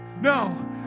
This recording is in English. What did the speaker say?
No